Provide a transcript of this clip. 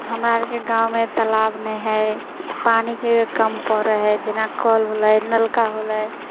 हमरा आरके गाँवमे तालाब नहि है पानिके कम परै है जेना कल होलै नलका होलै